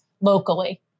locally